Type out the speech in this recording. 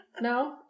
No